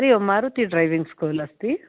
हरिः ओम् Maruti driving school अस्ति